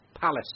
Palace